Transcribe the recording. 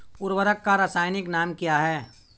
उर्वरक का रासायनिक नाम क्या है?